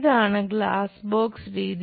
ഇതാണ് glass box രീതി